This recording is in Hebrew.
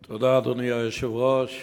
תודה, אדוני היושב-ראש.